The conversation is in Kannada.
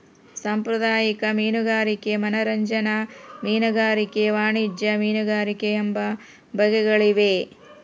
ಸಾಂಪ್ರದಾಯಿಕ ಮೀನುಗಾರಿಕೆ ಮನರಂಜನಾ ಮೀನುಗಾರಿಕೆ ವಾಣಿಜ್ಯ ಮೀನುಗಾರಿಕೆ ಎಂಬ ಬಗೆಗಳಿವೆ